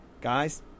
Guys